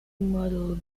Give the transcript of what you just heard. model